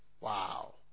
Wow